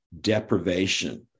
deprivation